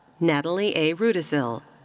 natalie a. rudisill.